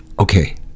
Okay